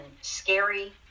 scary